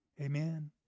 Amen